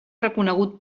reconegut